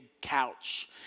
couch